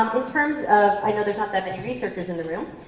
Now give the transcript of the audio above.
um in terms of, i know there's not that many researchers in the room,